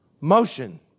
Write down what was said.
Motion